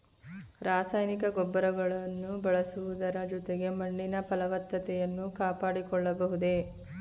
ರಾಸಾಯನಿಕ ಗೊಬ್ಬರಗಳನ್ನು ಬಳಸುವುದರ ಜೊತೆಗೆ ಮಣ್ಣಿನ ಫಲವತ್ತತೆಯನ್ನು ಕಾಪಾಡಿಕೊಳ್ಳಬಹುದೇ?